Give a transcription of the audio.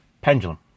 pendulum